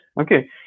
Okay